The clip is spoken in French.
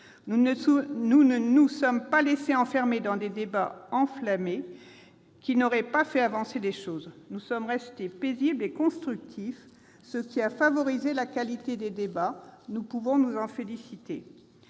Nous ne nous sommes pas laissé enfermer dans des débats enflammés qui n'auraient pas fait avancer les choses ; nous sommes restés paisibles et constructifs, ce qui a favorisé la qualité des débats. Nous pouvons nous en féliciter.